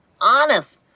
Honest